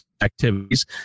activities